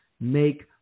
make